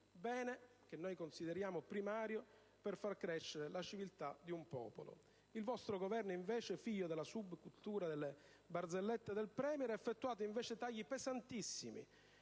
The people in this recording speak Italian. alla cultura, bene primario per far crescere la civiltà di un popolo. Il vostro Governo, invece, figlio della subcultura delle barzellette del Premier, ha effettuato tagli pesanti,